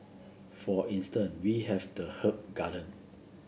for instance we have the herb garden